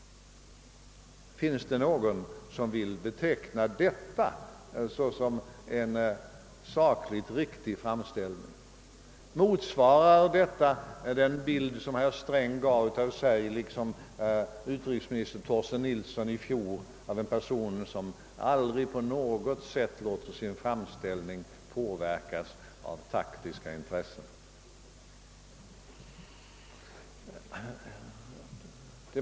Finns det någon som vill beteckna detta såsom en sakligt riktig framställning? Motsvarar detta den bild som herr Sträng gav av sig — liksom utrikesministern Torsten Nilsson i går av sig själv — bilden av en person som aldrig låter sin framställning påverkas av taktiska motiv?